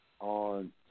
on